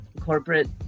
corporate